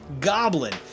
goblin